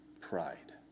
pride